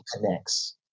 connects